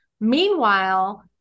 Meanwhile